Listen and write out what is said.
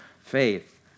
faith